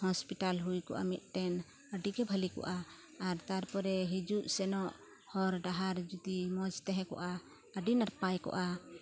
hospital ᱦᱩᱭ ᱠᱚᱜᱼᱟ ᱢᱤᱫᱴᱮᱱ ᱟᱹᱰᱤᱜᱮ ᱵᱷᱟᱹᱞᱤ ᱠᱚᱜᱼᱟ ᱟᱨ ᱛᱟᱨᱯᱚᱨᱮ ᱦᱤᱡᱩᱜ ᱥᱮᱱᱚᱜ ᱦᱚᱨ ᱰᱟᱦᱟᱨ ᱡᱩᱫᱤ ᱢᱚᱡᱽ ᱛᱟᱦᱮᱠᱚᱜᱼᱟ ᱟᱹᱰᱤ ᱱᱟᱚᱟᱭ ᱠᱚᱜᱼᱟ